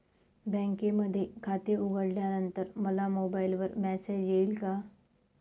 बँकेमध्ये खाते उघडल्यानंतर मला मोबाईलवर मेसेज येईल का?